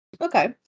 Okay